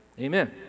Amen